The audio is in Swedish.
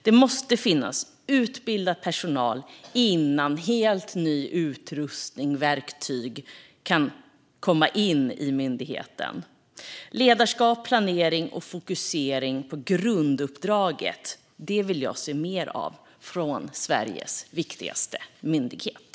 Det måste finnas utbildad personal innan helt ny utrustning och nya verktyg kan komma in i myndigheten. Ledarskap, planering och fokusering på grunduppdraget vill jag se mer av från Sveriges viktigaste myndighet.